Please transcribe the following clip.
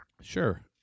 Sure